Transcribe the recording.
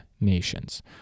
nations